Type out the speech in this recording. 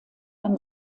ein